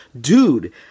dude